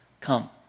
come